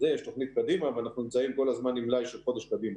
ויש תוכנית קדימה ואנחנו נמצאים כל הזמן עם מלאי של חודש קדימה.